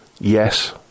Yes